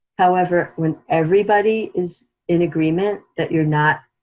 however, when everybody is in agreement that you're not,